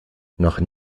noch